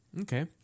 Okay